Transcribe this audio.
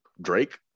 Drake